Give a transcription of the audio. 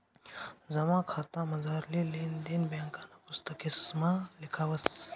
जमा खातामझारली लेन देन ब्यांकना पुस्तकेसमा लिखावस